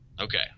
Okay